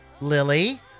Lily